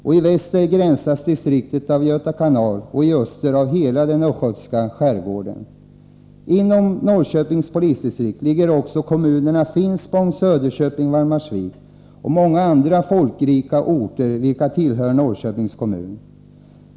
I väster avgränsas distriktet av Göta kanal och i öster av hela den östgötska skärgården. Inom Norrköpings polisdistrikt ligger kommunerna Finspång, Söderköping och Valdemarsvik samt många andra folkrika orter, vilka tillhör Norrköpings kommun.